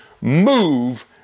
move